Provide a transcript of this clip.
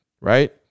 right